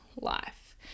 life